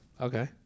Okay